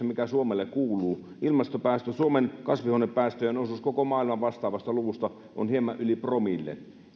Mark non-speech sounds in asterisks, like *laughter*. *unintelligible* mikä suomelle kuuluu ilmastopäästöjen suomen kasvihuonepäästöjen osuus koko maailman vastaavasta luvusta on hieman yli promille